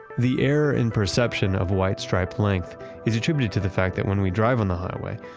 the air and perception of a white stripe length is attributed to the fact that when we drive on the highway,